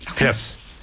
Yes